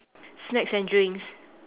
snacks and drinks